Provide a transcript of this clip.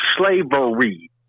slavery